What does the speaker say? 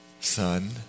Son